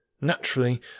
Naturally